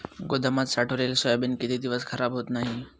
गोदामात साठवलेले सोयाबीन किती दिवस खराब होत नाही?